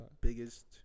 biggest